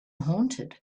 haunted